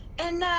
and,